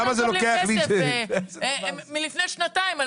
למה זה לוקח ------ שנתיים עד שמקבלים כסף.